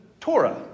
Torah